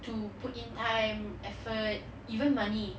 to put in time effort even money